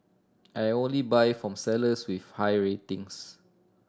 I only buy from sellers with high ratings